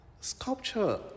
Sculpture